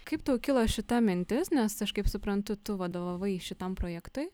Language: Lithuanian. kaip tau kilo šita mintis nes aš kaip suprantu tu vadovavai šitam projektui